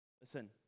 Listen